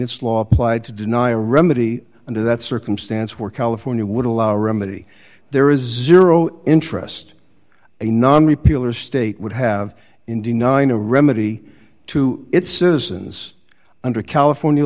its law applied to deny a remedy under that circumstance where california would allow a remedy there is zero interest a non repeal or state would have indeed nine a remedy to its citizens under california